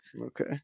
Okay